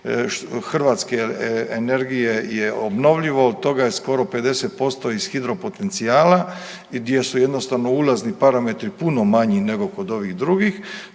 hrvatske energije je obnovljivo, od toga je skoro 50% iz hidro potencijala gdje su jednostavno ulazni parametri puno manji nego kod ovih drugih,